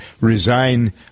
resign